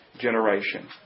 generation